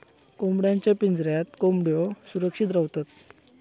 कोंबड्यांच्या पिंजऱ्यात कोंबड्यो सुरक्षित रव्हतत